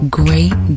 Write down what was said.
great